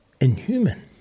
inhuman